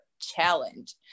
challenge